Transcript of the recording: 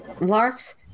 Lark's